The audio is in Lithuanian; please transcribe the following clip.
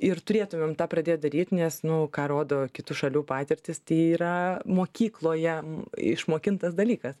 ir turėtumėm tą pradėt daryt nes nu ką rodo kitų šalių patirtys yra mokykloje išmokintas dalykas